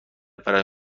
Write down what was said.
برای